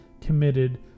committed